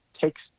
takes